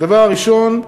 הדבר הראשון,